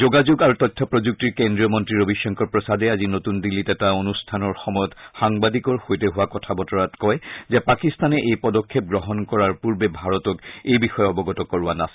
যোগাযোগ আৰু তথ্য প্ৰযুক্তিৰ কেড্ৰীয় মন্ত্ৰী ৰবিশংকৰ প্ৰসাদে আজি নতুন দিল্লীত এটা অনুষ্ঠানৰ সময়ত সাংবাদিকৰ সৈতে হোৱা কথা বতৰাত কয় যে পাকিস্তানে এই পদক্ষেপ গ্ৰহণ কৰাৰ পূৰ্বে ভাৰতক এই বিষয়ে অৱগত কৰোৱা নাছিল